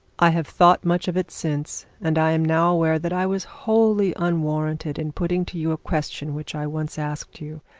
i have thought much of it since, and i am now aware that i was wholly unwarranted in putting to you a question which i once asked you.